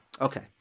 Okay